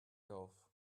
golf